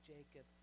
Jacob